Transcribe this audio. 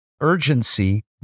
urgency